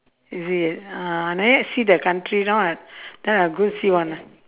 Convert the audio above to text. is it uh I never see the country now ah I go see one lah